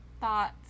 thoughts